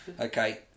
Okay